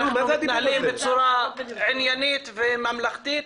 אנחנו מתנהלים בצורה עניינית וממלכתית.